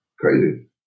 Crazy